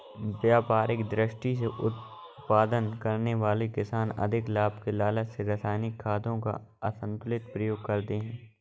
व्यापारिक दृष्टि से उत्पादन करने वाले किसान अधिक लाभ के लालच में रसायनिक खादों का असन्तुलित प्रयोग करते हैं